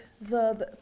verb